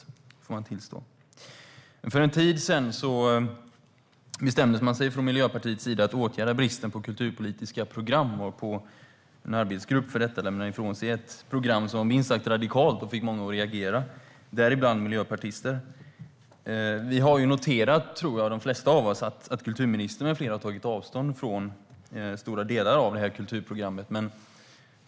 Det får man tillstå. För en tid sedan bestämde man sig från Miljöpartiets sida för att åtgärda bristen på kulturpolitiska program, varpå en arbetsgrupp för detta lämnade ifrån sig ett program som var minst sagt radikalt och fick många att reagera, däribland miljöpartister. De flesta av oss har noterat, tror jag, att kulturministern med flera har tagit avstånd från stora delar av det här kulturprogrammet.